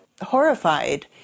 horrified